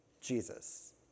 Jesus